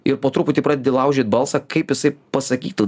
ir po truputį pradedi laužyt balsą kaip jisai pasakytų